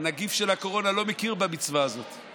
צום שתצומו לא יכפר על מה שאתם עשיתם למאות אלפי משפחות במדינת ישראל